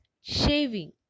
shaving